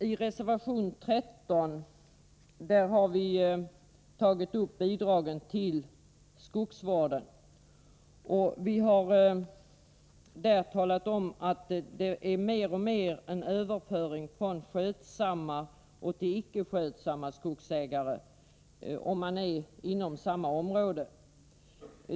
I reservation 13 har vi tagit upp bidragen till skogsvården. Vi framhåller i reservationen att bidragssystemet mer och mer har kommit att innebära en överföring från skötsamma till icke skötsamma skogsägare, om man ser till samma geografiska område.